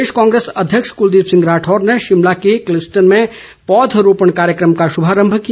प्रदेश कांग्रेस अध्यक्ष कुलदीप सिंह राठौर ने शिमला के क्लिसटन में पौध रोपण कार्यक्रम का शुभारम किया